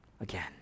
again